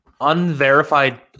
unverified